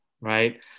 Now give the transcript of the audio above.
right